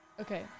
Okay